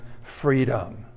freedom